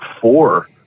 four